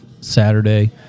Saturday